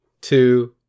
two